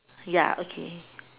ya okay